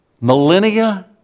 millennia